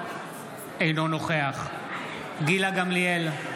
אינו נוכח גילה גמליאל,